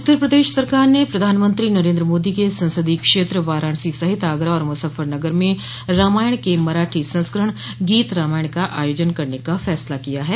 उत्तर प्रदेश सरकार ने प्रधानमंत्री नरेन्द्र मोदी के संसदीय क्षेत्र वाराणसी सहित आगरा और मुजफ्फरनगर में रामायण के मराठी संस्करण गीत रामायण का आयोजन करने का फैसला किया है